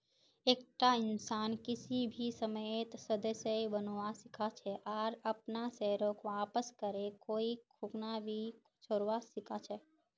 एकता इंसान किसी भी समयेत सदस्य बनवा सीखा छे आर अपनार शेयरक वापस करे कोई खूना भी छोरवा सीखा छै